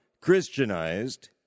Christianized